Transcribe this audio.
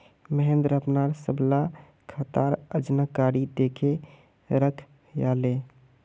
महेंद्र अपनार सबला खातार जानकारी दखे रखयाले